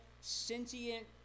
sentient